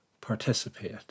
participate